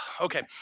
Okay